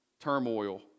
turmoil